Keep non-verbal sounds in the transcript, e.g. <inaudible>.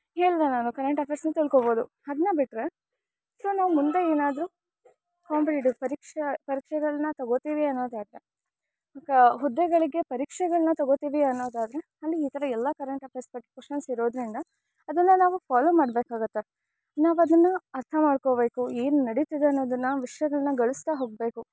<unintelligible> current ಅಫೇರ್ಸ್ನು ತಿಳ್ಕೋಬೌದು ಅದ್ನ ಬಿಟ್ಟರೆ ಸೊ ನಾವು ಮುಂದೆ ಏನಾದರು ಕಾಂಪಿಟೇಟಿವ್ ಪರೀಕ್ಷಾ ಪರೀಕ್ಷೆಗಳನ್ನ ತಗೋತಿವಿ ಅನ್ನೋದಾದರೆ ಹುದ್ದೆಗಳಿಗೆ ಪರೀಕ್ಷೆಗಳನ್ನ ತಗೋತಿವಿ ಅನ್ನೋದಾದರೆ ಅಲ್ಲಿ ಈ ಥರ ಎಲ್ಲ ಕರೆಂಟ್ ಅಫೇರ್ಸ್ ಬಗ್ಗೆ ಕ್ವಷನ್ಸ್ ಇರೋದರಿಂದ ಅದನ್ನು ನಾವು ಫಾಲೋ ಮಾಡಬೇಕಾಗತ್ತೆ ನಾವದನ್ನು ಅರ್ಥ ಮಾಡಿಕೊಬೇಕು ಏನು ನಡೀತಿದೆ ಅನ್ನೋದನ್ನು ವಿಷಯಗಳನ್ನು ಗಳಿಸ್ತಾ ಹೋಗಬೇಕು